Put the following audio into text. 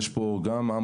יש פה המבורגר,